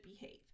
behave